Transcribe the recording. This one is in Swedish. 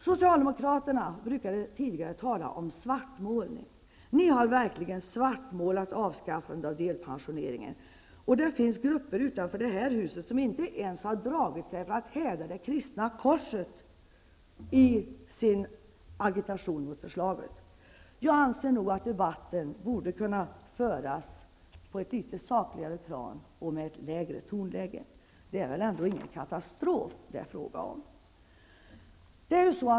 Socialdemokraterna har tidigare talat om svartmålning. Ni socialdemokrater har verkligen svartmålat förslaget om att avskaffa delpensionen. Det finns grupper utanför detta hus som inte ens har dragit sig för att häda det kristna korset i sin agitation mot förslaget. Jag anser att debatten borde kunna föras på ett sakligare plan och med ett lägre tonläge. Det är väl ändå ingen katastrof det är fråga om!